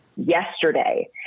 yesterday